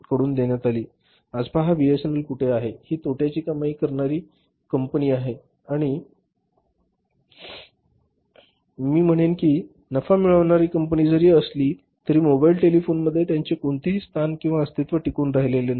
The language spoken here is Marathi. आज पहा बीएसएनएल कुठे आहे ही तोट्याची कमाई करणारी कंपनी आहे आणि मी म्हणेन की ही नफा मिळवणारी कंपनी जरी असली तरी मोबाइल टेलिफोनीमध्ये त्यांचे कोणतेही स्थान किंवा अस्तित्व टिकून राहिलेले नाही